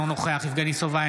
אינו נוכח יבגני סובה,